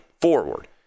forward